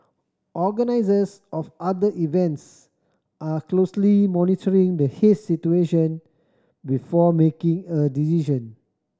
organisers of other events are closely monitoring the haze situation before making a decision